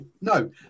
No